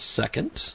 second